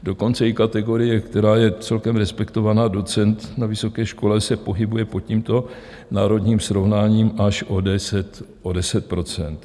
Dokonce i kategorie, která je celkem respektovaná, docent na vysoké škole, se pohybuje pod tímto národním srovnáním až o 10 %.